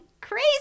Crazy